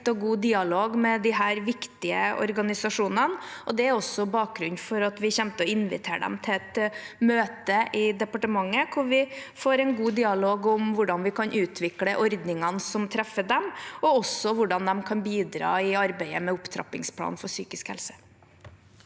en tett og god dialog med disse viktige organisasjonene, og det er også bakgrunnen for at vi kommer til å invitere dem til et møte i departementet hvor vi får en god dialog om hvordan vi kan utvikle ordningene som treffer dem, og også om hvordan de kan bidra i arbeidet med opptrappingsplanen for psykisk helse.